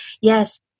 yes